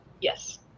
Yes